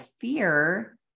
fear